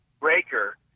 breaker